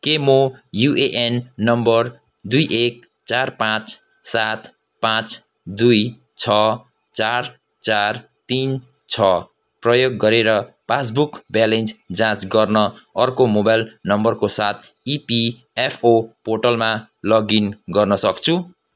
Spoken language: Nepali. के म युएएन नम्बर दुई एक चार पाचँ सात पाचँ दुई छ चार चार तिन छ प्रयोग गरेर पासबुक ब्यालेन्स जाँच गर्न अर्को मोबाइल नम्बरको साथ इपिएफओ पोर्टलमा लगइन गर्न सक्छु